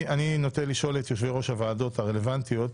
אני נוטה לשאול את יושבי-ראש הוועדות הרלוונטיות,